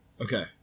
Okay